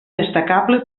destacable